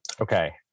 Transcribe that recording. okay